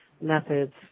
methods